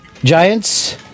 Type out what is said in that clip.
Giants